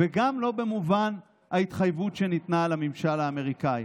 וגם לא במובן של ההתחייבות שניתנה לממשל האמריקאי.